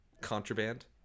contraband